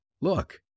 Look